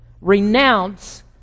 renounce